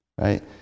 Right